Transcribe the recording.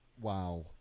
wow